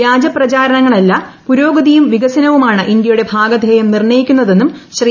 വൃാജ പ്രചരണങ്ങളല്ല പുരോഗതിയും വികസനവുമാണ് ഇന്ത്യയുടെ ഭാഗധേയം നിർണ്ണയിക്കുകയെന്നും ശ്രീ